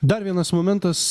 dar vienas momentas